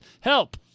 Help